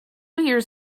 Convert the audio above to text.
years